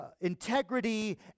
integrity